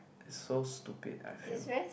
is so stupid I feel